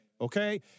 okay